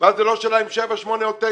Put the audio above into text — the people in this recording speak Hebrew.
ואז זאת לא שאלה אם שבע, שמונה או תשע.